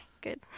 good